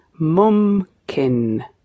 mumkin